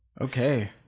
Okay